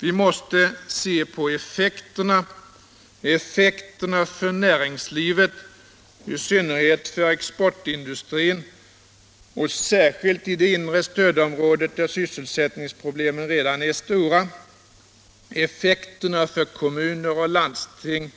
Vi måste se på effekterna: effekterna för näringslivet, i synnerhet för exportindustrin och särskilt i det inre stödområdet där sysselsättningsproblemen redan är stora, effekterna för kommuner och landsting